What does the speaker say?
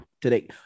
today